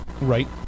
right